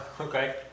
Okay